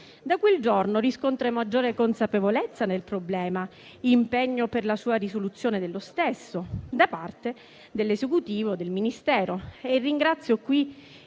Da quel giorno riscontro maggiore consapevolezza nel problema e impegno per la risoluzione dello stesso da parte dell'Esecutivo e del Ministero. Ringrazio i